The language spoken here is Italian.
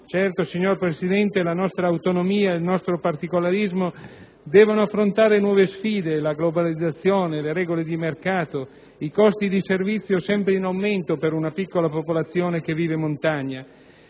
Certo, signor Presidente, la nostra autonomia, il nostro particolarismo devono affrontare nuove sfide: la globalizzazione, le regole di mercato, i costi di servizio sempre in aumento per una piccola popolazione che vive in montagna.